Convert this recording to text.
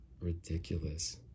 ridiculous